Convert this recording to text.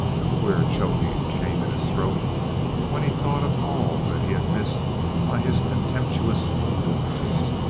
a queer choking came in his throat when he thought of all that he had missed by his contemptuous aloofness.